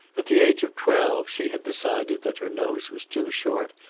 at the age of twelve she had decided that her nose was too short,